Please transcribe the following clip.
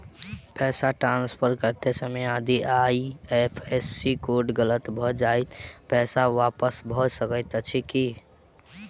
पैसा ट्रान्सफर करैत समय यदि आई.एफ.एस.सी कोड गलत भऽ जाय तऽ पैसा वापस भऽ सकैत अछि की?